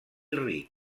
ric